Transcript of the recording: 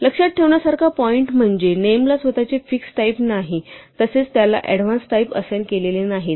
लक्षात ठेवण्यासारखा पॉईंट म्हणजे नेम ला स्वतःचे फिक्स टाईप नाही तसेच त्याला ऍडव्हान्स टाईप असाइन केलेले नाहीत